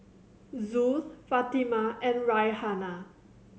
Zul Fatimah and Raihana